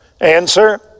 Answer